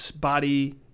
body